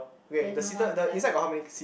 ok the seater the inside got how many seat